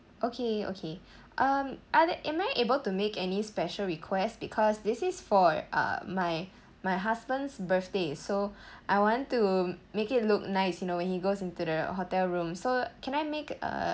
okay okay um other am I able to make any special requests because this is for uh my my husband's birthday so I want to make it look nice you know when he goes into the hotel room so can I make a